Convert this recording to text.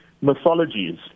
mythologies